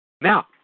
Now